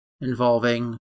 involving